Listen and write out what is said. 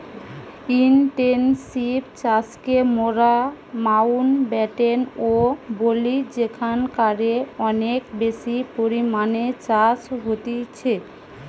intensive চাষকে মোরা Mountbatten ও বলি যেখানকারে অনেক বেশি পরিমাণে চাষ হতিছে